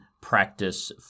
practice